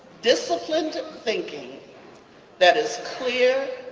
disciplined thinking that is clear,